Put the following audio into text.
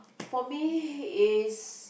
for me is